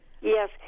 yes